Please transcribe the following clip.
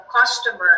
customer